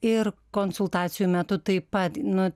ir konsultacijų metu taip pat nu